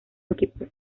equipo